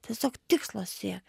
tiesiog tikslo siekt